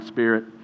Spirit